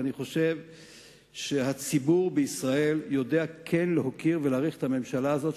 ואני חושב שהציבור בישראל יודע להוקיר ולהעריך את הממשלה הזאת,